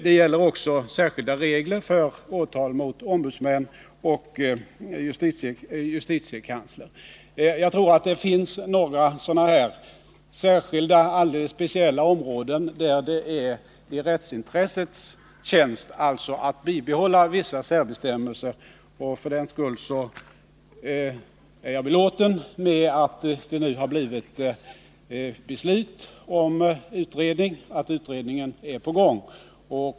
Det gäller också särskilda regler för åtal mot riksdagens ombudsmän och justitiekanslern. Det finns några sådana alldeles speciella områden där jag tror att det är i rättssäkerhetens intresse att bibehålla vissa särbestämmelser. För den skull är jag nöjd med att en utredning nu är på gång.